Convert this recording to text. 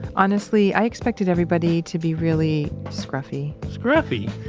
honestly, i expected everybody to be really scruffy scruffy?